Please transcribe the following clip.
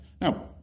Now